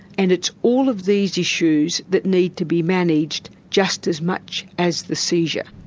and it's all of these issues that need to be managed just as much as the seizure.